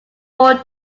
all